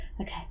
okay